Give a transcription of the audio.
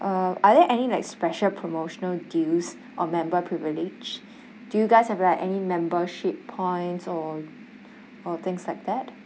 uh are there any like special promotional deals or member privilege do you guys have like any membership points or or things like that